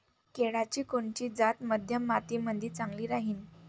केळाची कोनची जात मध्यम मातीमंदी चांगली राहिन?